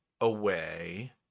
away